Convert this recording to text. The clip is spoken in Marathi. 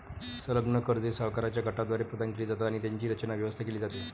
संलग्न कर्जे सावकारांच्या गटाद्वारे प्रदान केली जातात आणि त्यांची रचना, व्यवस्था केली जाते